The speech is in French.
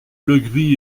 legris